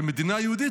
כמדינה יהודית,